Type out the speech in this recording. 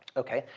ok.